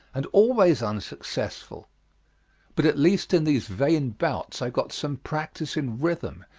and always unsuccessful but at least in these vain bouts i got some practice in rhythm,